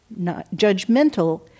judgmental